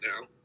now